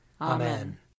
Amen